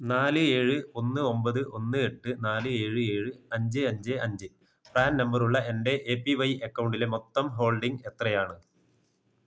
നാല് ഏഴ് ഒന്ന് ഒമ്പത് ഒന്ന് എട്ട് നാല് ഏഴ് ഏഴ് അഞ്ച് അഞ്ച് അഞ്ച് പ്രാൻ നമ്പറുള്ള എൻ്റെ എ പി വൈ അക്കൗണ്ടിലെ മൊത്തം ഹോൾഡിംഗ് എത്രയാണ്